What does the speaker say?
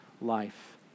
life